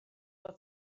fod